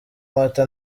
amata